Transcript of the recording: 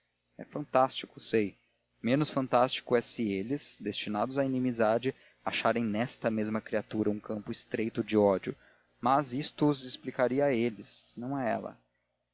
é fantástico sei menos fantástico é se eles destinados à inimizade acharem nesta mesma criatura um campo estreito de ódio mas isto os explicaria a eles não a ela